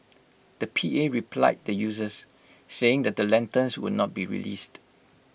the P A replied the users saying that the lanterns would not be released